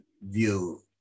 view